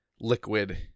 liquid